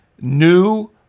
new